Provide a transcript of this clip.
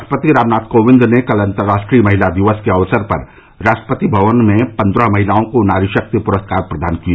राष्ट्रपति रामनाथ कोविंद ने कल अंतर्राष्ट्रीय महिला दिवस के अवसर पर राष्ट्रपति भवन में पन्द्रह महिलाओं को नारी शक्ति पुरस्कार प्रदान किए